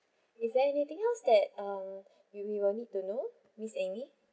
is there anything else that um you we'll need to know miss amy